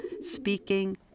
speaking